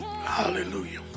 hallelujah